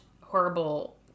horrible